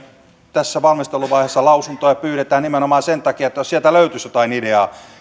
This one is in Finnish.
tässä valmisteluvaiheessa lausuntoja pyydetään nimenomaan sen takia että jos sieltä löytyisi jotain ideaa